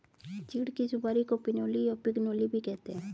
चीड़ की सुपारी को पिनोली या पिगनोली भी कहते हैं